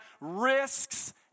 risks